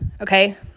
Okay